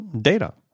data